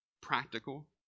practical